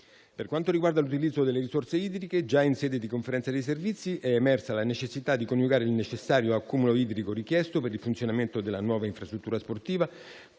Per quanto riguarda l'utilizzo delle risorse idriche, già in sede di conferenze dei servizi è emersa la necessità di coniugare il necessario accumulo idrico richiesto per il funzionamento della nuova infrastrutture sportiva,